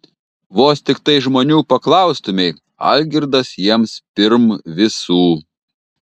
vos tiktai žmonių paklaustumei algirdas jiems pirm visų